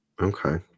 Okay